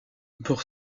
pour